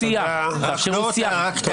רק שתאפשרו שיח, תאפשרו שיח.